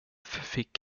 fick